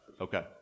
Okay